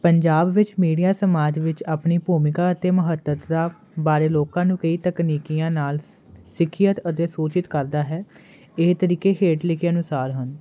ਪੰਜਾਬ ਵਿੱਚ ਮੀਡੀਆ ਸਮਾਜ ਵਿੱਚ ਆਪਣੀ ਭੂਮਿਕਾ ਅਤੇ ਮਹੱਤਤਾ ਬਾਰੇ ਲੋਕਾਂ ਨੂੰ ਕਈ ਤਕਨੀਕੀਆਂ ਨਾਲ ਸ ਸਿੱਖਿਅਤ ਅਤੇ ਸੂਚਿਤ ਕਰਦਾ ਹੈ ਇਹ ਤਰੀਕੇ ਹੇਠ ਲਿਖੇ ਅਨੁਸਾਰ ਹਨ